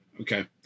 Okay